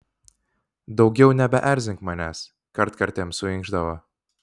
daugiau nebeerzink manęs kartkartėm suinkšdavo